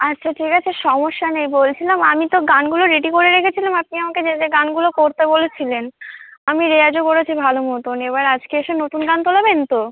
আচ্ছা ঠিক আছে সমস্যা নেই বলছিলাম আমি তো গানগুলো রেডি করে রেখেছিলাম আপনি আমাকে যে যে গানগুলো করতে বলেছিলেন আমি রেয়াজও করেছি ভালো মতোন এবার আজকে এসে নতুন গান তোলাবেন তো